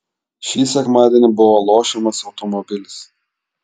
šį sekmadienį buvo lošiamas automobilis